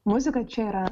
muzika čia yra